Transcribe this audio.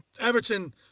Everton